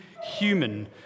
human